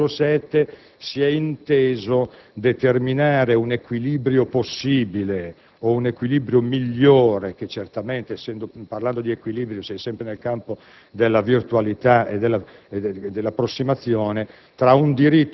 È chiaro che con l'articolo 7 si è inteso determinare un equilibrio possibile o un equilibrio migliore e che certamente, parlando di equilibri, si è sempre nel campo della virtualità e